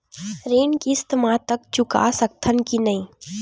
ऋण किस्त मा तक चुका सकत हन कि नहीं?